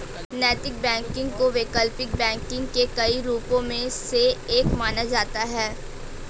नैतिक बैंकिंग को वैकल्पिक बैंकिंग के कई रूपों में से एक माना जाता है